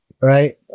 right